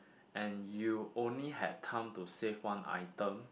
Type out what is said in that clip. and you only had time to save one item